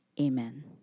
Amen